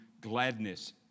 gladness